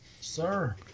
Sir